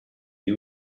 you